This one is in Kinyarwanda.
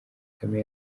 kagame